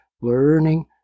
learning